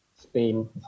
Spain